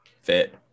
fit